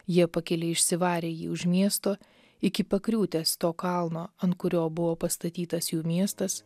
jie pakėlė išsivarė jį už miesto iki pakriūtės to kalno ant kurio buvo pastatytas jų miestas